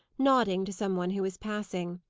nodding to some one who was passing.